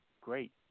Great